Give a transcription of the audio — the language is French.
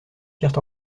tirent